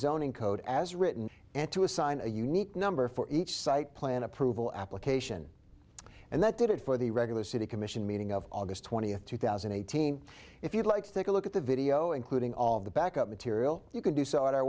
zoning code as written and to assign a unique number for each site plan approval application and that did it for the regular city commission meeting of august twentieth two thousand and eighteen if you'd like to take a look at the video including all of the backup material you can d